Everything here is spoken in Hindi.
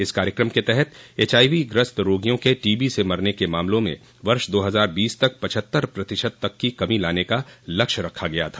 इस कार्यक्रम के तहत एचआईवी ग्रस्त रोगियों के टीबी से मरने के मामलों में वर्ष दो हजार बीस तक पछत्तर प्रतिशत तक की कमी लाने का लक्ष्य रखा गया था